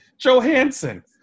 Johansson